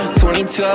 22